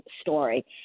story